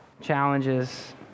challenges